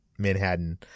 manhattan